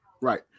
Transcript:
right